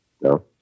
No